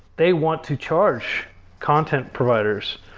they want to charge content providers.